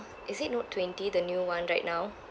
is it note twenty the new one right now